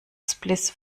spliss